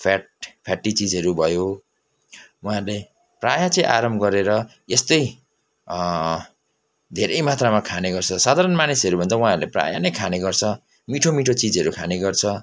fat fatty चिजहरू भयो उहाँले प्राय चाहिँ आराम गरेर यस्तै धेरै मात्रामा खाने गर्छ साधारण मानिसहरूभन्दा उहाँहरूले प्राय नै खाने गर्छ मिठो मिठो चिजहरू खाने गर्छ